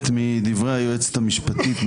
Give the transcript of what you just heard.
אני אשמח לתשובה מהיועצת המשפטית.